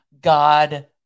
God